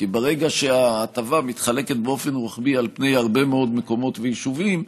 כי ברגע שההטבה מתחלקת באופן רוחבי על פני הרבה מאוד מקומות ויישובים,